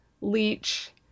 Leech